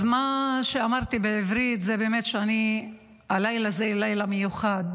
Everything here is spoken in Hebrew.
אז מה שאמרתי בערבית זה באמת שהלילה הזה הוא לילה מיוחד,